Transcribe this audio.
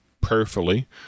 prayerfully